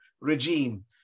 regime